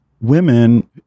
women